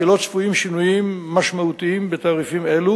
לא צפויים שינויים משמעותיים בתעריפים אלו